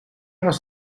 was